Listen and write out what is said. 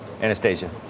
Anastasia